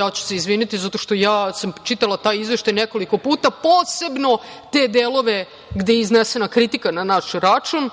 ja izviniti zato što sam ja čitala taj Izveštaj nekoliko puta, posebno te delove gde je iznesena kritika na naš račun.